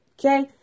okay